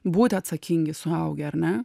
būti atsakingi suaugę ar ne